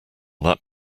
that